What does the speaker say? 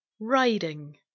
Riding